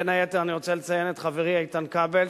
ובין היתר אני רוצה לציין את חברי איתן כבל,